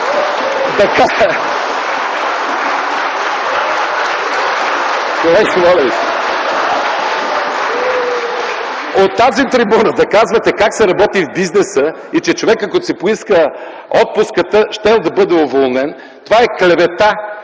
от тази трибуна как се работи в бизнеса и че човекът като си поиска отпуската щял да бъде уволнен, това е клевета